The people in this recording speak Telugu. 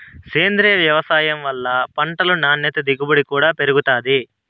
సేంద్రీయ వ్యవసాయం వల్ల పంటలు నాణ్యత దిగుబడి కూడా పెరుగుతాయి